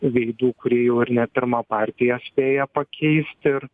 veidų kurie jau ir ne pirmą partiją spėja pakeisti ir